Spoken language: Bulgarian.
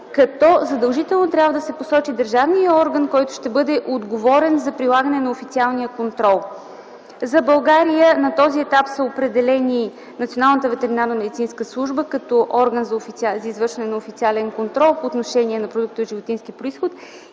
като задължително трябва да се посочи държавният орган, който ще бъде отговорен за прилагането на официалния контрол. За България на този етап са определени Националната ветеринарномедицинска служба като орган за извършване на официален контрол по отношение на продуктите от животински произход